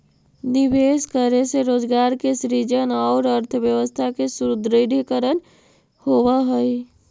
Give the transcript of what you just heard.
निवेश करे से रोजगार के सृजन औउर अर्थव्यवस्था के सुदृढ़ीकरण होवऽ हई